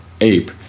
ape